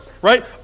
Right